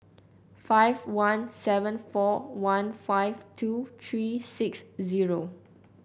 five one seven four one five two three six zero